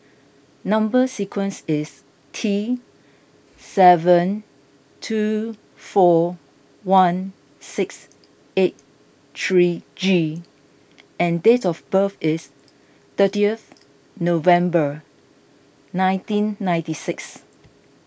Number Sequence is T seven two four one six eight three G and date of birth is thirtieth November nineteen ninety six